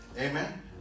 amen